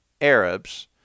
Arabs